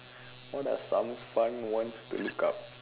what are some fun ones to look up